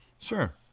Sure